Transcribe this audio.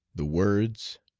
the words,